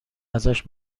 ازش